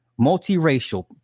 multiracial